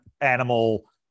animal